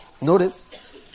notice